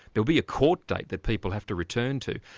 there'll be a court date that people have to return to.